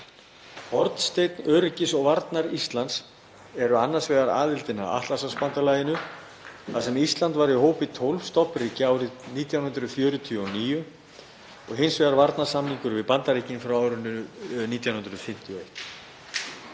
Hornsteinn öryggis og varnar Íslands er annars vegar aðildin að Atlantshafsbandalaginu, þar sem Ísland var í hópi 12 stofnríkja árið 1949, og hins vegar varnarsamningurinn við Bandaríkin frá árinu 1951.